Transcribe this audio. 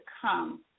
come